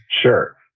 Sure